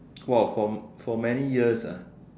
!wow! for for many years ah